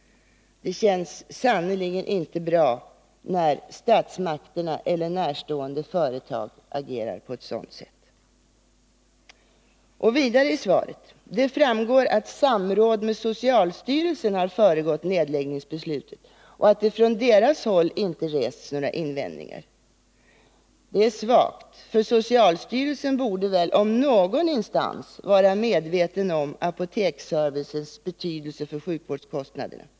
Det känns sannerligen inte bra när statsmakterna eller närstående företag agerar på ett sådant sätt. Vidare framgår det av svaret att samråd med socialstyrelsen har föregått nedläggningsbeslutet och att det från detta håll inte rests några invändningar. Det är svagt, för socialstyrelsen, om någon instans, borde väl vara medveten om apoteksservicens betydelse för sjukvårdskostnaderna.